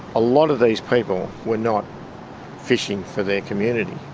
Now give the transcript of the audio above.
a lot of these people were not fishing for their community,